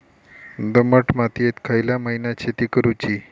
दमट मातयेत खयल्या महिन्यात शेती करुची?